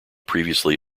previously